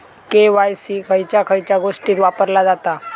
KYC खयच्या खयच्या गोष्टीत वापरला जाता?